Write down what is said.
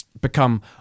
become